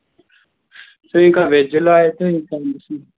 so ఇంక వెజ్లో అయితే ఇంక